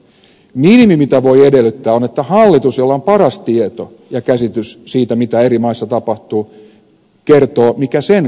minimi mitä voi edellyttää on että hallitus jolla on paras tieto ja käsitys siitä mitä eri maissa tapahtuu kertoo mikä sen kanta on